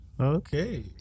Okay